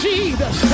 Jesus